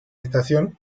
estación